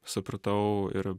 supratau ir